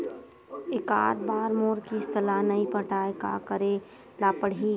एकात बार मोर किस्त ला नई पटाय का करे ला पड़ही?